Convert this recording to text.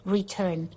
Return